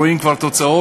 רואים כבר תוצאות,